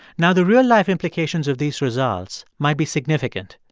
now, the real-life implications of these results might be significant.